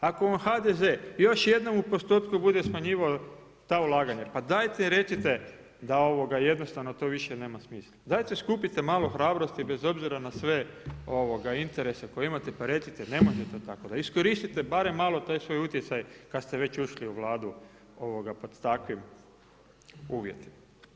Ako vam HDZ još jednom u postotku bude smanjivao ta ulaganja pa dajte recite da jednostavno to nema više smisla, dajte skupite malo hrabrosti bez obzira na sve interese koje imate pa recite nemojte to tako, iskoristite barem malo taj svoj utjecaj kada ste već ušli u Vladu pod takvim uvjetima.